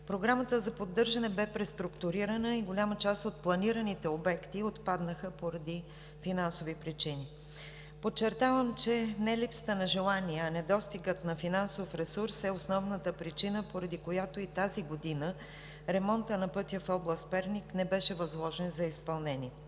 Програмата за поддържане бе преструктурирана и голяма част от планираните обекти отпаднаха поради финансови причини. Подчертавам, че не липсата на желание, а недостигът на финансов ресурс е основната причина, поради която и тази година ремонтът на пътя в област Перник не беше възложен за изпълнение.